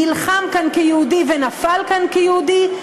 נלחם כאן כיהודי ונפל כאן כיהודי,